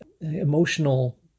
emotional